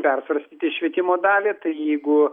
persvarstyti švietimo dalį tai jeigu